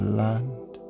land